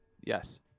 yes